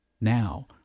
now